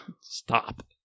stop